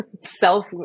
self